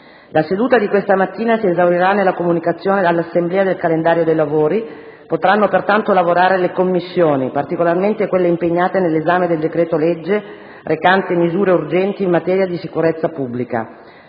La seduta di questa mattina si esaurirà nella comunicazione all'Assemblea del calendario dei lavori. Potranno pertanto lavorare le Commissioni, particolarmente quelle impegnate nell'esame del decreto-legge recante misure urgenti in materia di sicurezza pubblica.